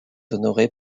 honoré